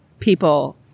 people